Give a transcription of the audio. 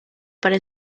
para